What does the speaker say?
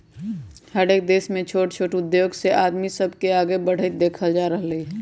हरएक देश में छोट छोट उद्धोग से आदमी सब के आगे बढ़ईत देखल जा रहल हई